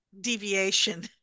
deviation